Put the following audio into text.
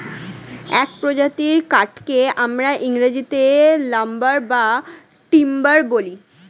এক প্রজাতির কাঠকে আমরা ইংরেজিতে লাম্বার বা টিম্বার বলি